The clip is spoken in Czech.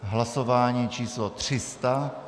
Hlasování číslo 300.